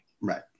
Right